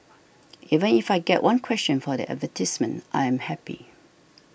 even if I get one question for the advertisements I am happy